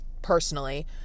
personally